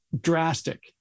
drastic